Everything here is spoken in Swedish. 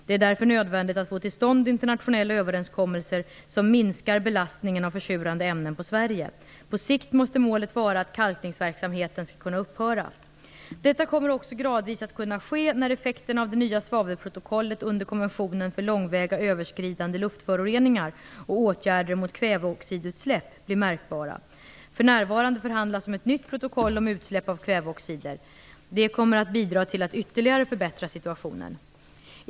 Det är därför nödvändigt att få till stånd internationella överenskommelser som minskar belastningen av försurande ämnen på Sverige. På sikt måste målet vara att kalkningsverksamheten skall kunna upphöra. Detta kommer också gradvis att kunna ske när effekterna av det nya svavelprotokollet under konventionen för långväga gränsöverskridande luftföroreningar och åtgärder mot kvävedioxidutsläpp blir märkbara. För närvarande förhandlas om ett nytt protokoll om utsläpp av kväveoxider. Det kommer att bidra till att ytterligare förbättra situationen.